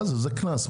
זה קנס.